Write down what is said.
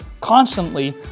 constantly